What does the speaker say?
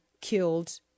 killed